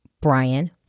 Brian